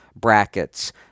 brackets